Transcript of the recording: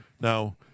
Now